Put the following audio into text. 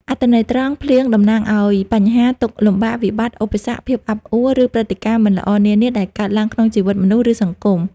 អត្ថន័យត្រង់ ភ្លៀងតំណាងឲ្យ បញ្ហា ទុក្ខលំបាក វិបត្តិ ឧបសគ្គ ភាពអាប់អួរ ឬព្រឹត្តិការណ៍មិនល្អនានាដែលកើតឡើងក្នុងជីវិតមនុស្ស ឬសង្គម។